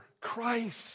Christ